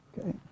okay